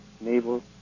Naval